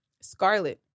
Scarlet